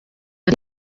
ari